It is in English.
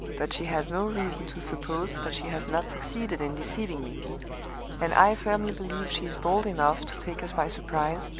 but she has no reason to suppose that she has not succeeded in deceiving me and i firmly believe she is bold enough to take us by surprise,